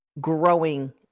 growing